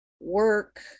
work